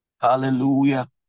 Hallelujah